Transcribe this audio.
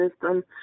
system